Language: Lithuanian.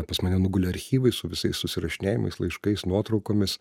pas mane nugulė archyvai su visais susirašinėjimais laiškais nuotraukomis